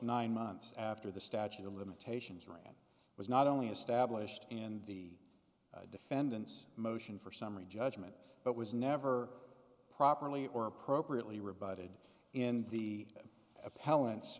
nine months after the statute of limitations ran was not only established and the defendant's motion for summary judgment but was never properly or appropriately rebutted in the